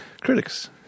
critics